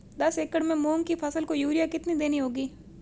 दस एकड़ में मूंग की फसल को यूरिया कितनी देनी होगी?